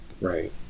right